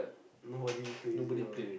nobody plays it ah